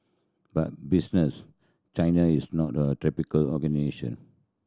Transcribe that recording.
but Business China is not a typical